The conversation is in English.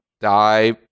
die